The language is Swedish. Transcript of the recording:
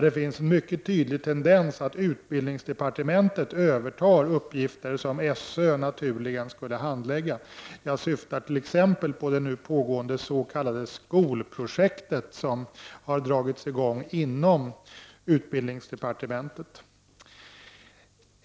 Det finns en tydlig tendens att utbildningsdepartementet övertar vissa uppgifter som sÖ naturligen skulle handlägga. Jag syftar t.ex. på det pågående s.k. skolprojektet, som har dragits i gång inom utbildningsdepartementet.